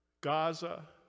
Gaza